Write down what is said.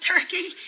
Turkey